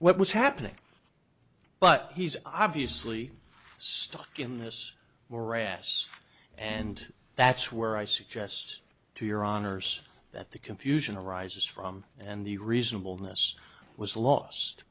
what was happening but he's obviously stuck in this morass and that's where i suggest to your honor's that the confusion arises from and the reasonable ness was lost